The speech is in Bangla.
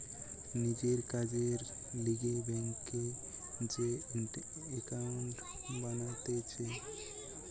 নিজের কাজের লিগে ব্যাংকে যে একাউন্ট বানাতিছে